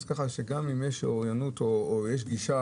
אז כך שגם אם יש אוריינות או יש גישה